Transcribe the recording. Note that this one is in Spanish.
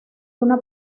una